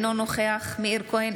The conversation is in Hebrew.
אינו נוכח מאיר כהן,